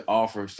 offer